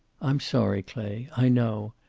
i'm sorry, clay. i know.